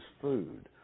food